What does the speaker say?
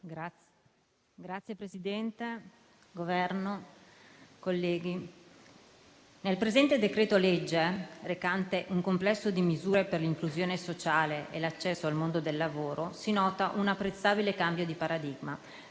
Signor Presidente, Governo, colleghi, nel presente decreto-legge, recante un complesso di misure per l'inclusione sociale e l'accesso al mondo del lavoro, si nota un apprezzabile cambio di paradigma